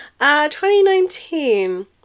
2019